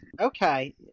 okay